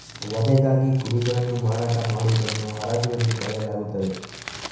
ವಧೆಗಾಗಿ ಕುರಿಗಳನ್ನು ಮಾರಾಟ ಮಾಡುವುದನ್ನು ಹರಾಜು ಎಂದು ಕರೆಯಲಾಗುತ್ತದೆ